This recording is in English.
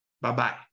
Bye-bye